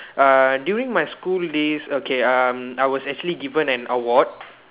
uh during my school days okay um I was actually given an award